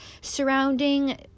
surrounding